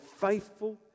faithful